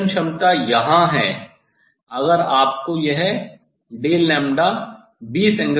यदि विभेदन क्षमता यहाँ है अगर आपको यह 20 एंगस्ट्रॉम मिलता है